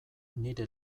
nire